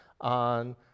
on